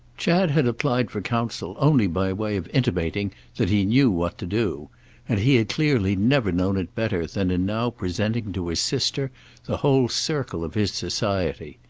chad had applied for counsel only by way of intimating that he knew what to do and he had clearly never known it better than in now presenting to his sister the whole circle of his society.